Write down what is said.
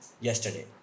yesterday